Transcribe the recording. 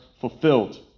fulfilled